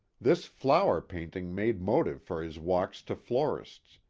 this flower-painting made motive for his walks to florists.